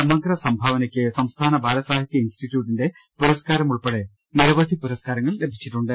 സമഗ്ര സംഭാവനക്ക് സംസ്ഥാന ബാല സാഹിത്യ ഇൻസ്റ്റിറ്റ്യൂട്ടിന്റെ പുര സ്കാരം ഉൾപ്പടെ നിരവധി പുരസ്കാരങ്ങൾ ലഭിച്ചിട്ടുണ്ട്